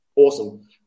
Awesome